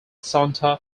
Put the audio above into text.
santa